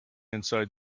inside